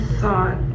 thought